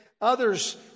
others